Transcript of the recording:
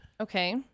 Okay